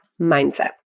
mindset